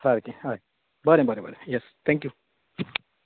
सारकें हय बरें बरें बरें येस थॅक्यू